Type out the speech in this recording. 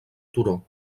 turó